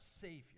Savior